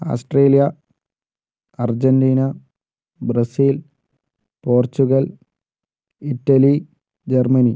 Australia Argentina Brazil Portugal Italy Germany